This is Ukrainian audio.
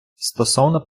стосовно